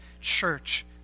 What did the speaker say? church